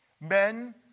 Men